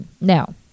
Now